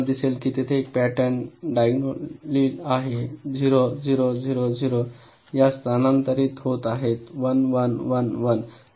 आपल्याला दिसेल की तेथे एक पॅटर्न डायग्नोलाली आहे 0 0 0 0 0 या स्थानांतरित होत आहेत 1 1 1 1